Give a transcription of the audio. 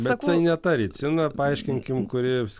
bet ne ta ricina paaiškinkim kuri